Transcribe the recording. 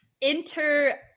inter